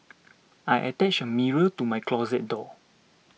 I attached a mirror to my closet door